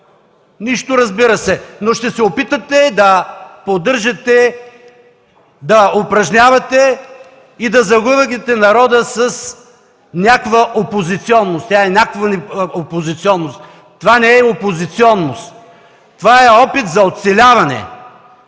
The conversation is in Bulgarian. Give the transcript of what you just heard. Нищо, разбира се, но ще се опитате да поддържате, да упражнявате и да залъгвате народа с някаква опозиционност. Това не е опозиционност, това е опит за оцеляване!